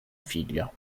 figlia